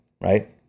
right